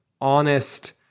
honest